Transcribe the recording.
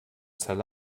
zell